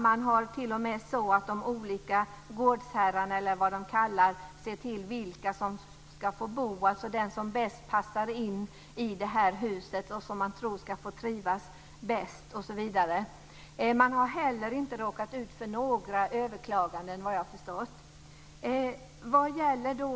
Man har t.o.m. olika gårdsherrar, eller vad de kallas, som ser till vilka som ska få bo där. Det är den som bäst passar in i ett hus, som man tror ska trivas bäst, osv. Man har inte råkat ut för några överklaganden, vad jag har förstått.